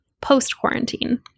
post-quarantine